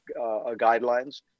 guidelines